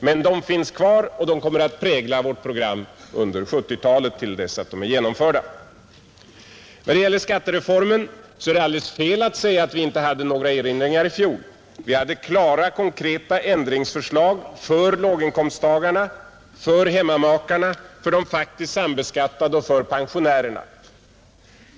Men de finns kvar, och de kommer att prägla vårt program under 1970-talet till dess de är När det gäller skattereformen är det alldeles felaktigt att säga att vi inte gjorde några erinringar i fjol. Vi hade klara och konkreta ändringsförslag för låginkomsttagarna, för hemmamakarna, för de faktiskt sambeskattade och för pensionärerna.